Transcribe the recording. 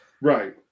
Right